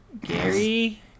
Gary